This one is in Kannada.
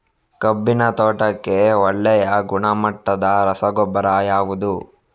ಕಬ್ಬಿನ ತೋಟಕ್ಕೆ ಒಳ್ಳೆಯ ಗುಣಮಟ್ಟದ ರಸಗೊಬ್ಬರ ಯಾವುದು?